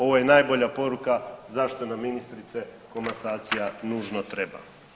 Ovo je najbolja poruka zašto nam ministrice komasacija nužno treba.